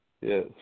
yes